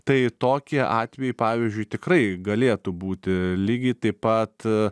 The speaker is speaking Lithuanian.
tai tokie atvejai pavyzdžiui tikrai galėtų būti lygiai taip pat